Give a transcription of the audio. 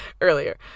earlier